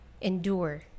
endure